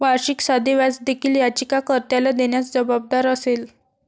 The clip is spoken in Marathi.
वार्षिक साधे व्याज देखील याचिका कर्त्याला देण्यास जबाबदार असेल